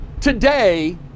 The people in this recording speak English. today